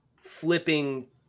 flipping